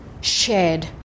shared